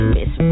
Miss